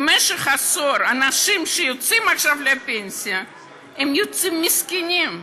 במשך עשור אנשים שיוצאים לפנסיה הם מסכנים.